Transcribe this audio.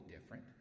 different